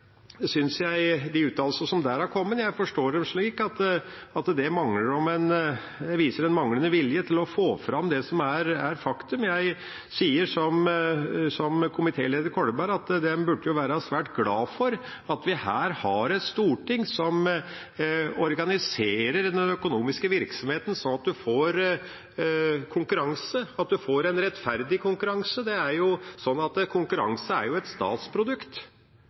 Jeg synes de uttalelsene som der har kommet, viser en manglende vilje til å få fram det som er faktum. Jeg sier som komitéleder Kolberg, at de burde være svært glad for at vi her har et storting som organiserer den økonomiske virksomheten sånn at en får konkurranse, og at en får en rettferdig konkurranse. Det er jo sånn at konkurranse er et statsprodukt. Konkurranse er et statsprodukt.